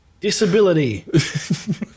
disability